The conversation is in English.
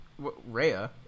Raya